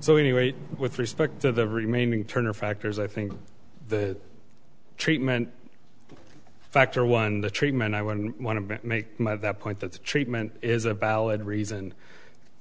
so anyway with respect to the remaining turner factors i think the treatment factor one the treatment i would want to make the point that the treatment is a ballad reason